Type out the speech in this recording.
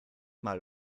mal